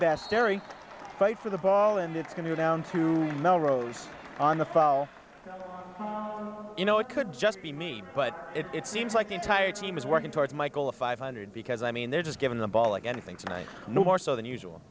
best terry fight for the ball and it's going to down to melrose on a foul oh you know it could just be me but it seems like the entire team is working towards michael of five hundred because i mean they're just given the ball like anything tonight no more so than usual